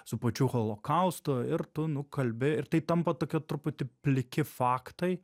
su pačiu holokaustu ir tu nu kalbi ir tai tampa tokia truputį pliki faktai